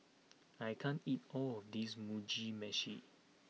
I can't eat all of this Mugi Meshi